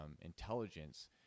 intelligence